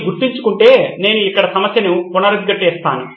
మీరు గుర్తుంచుకుంటే నేను ఇక్కడే సమస్యను పునరుద్ఘాటిస్తాను